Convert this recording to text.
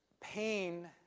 Pain